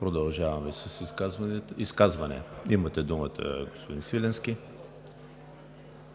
Продължаваме с изказванията. Имате думата, господин Свиленски.